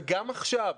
וגם עכשיו,